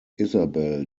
isabel